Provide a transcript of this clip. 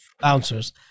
Bouncers